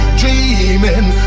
dreaming